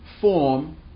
form